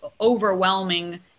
overwhelming